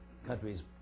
countries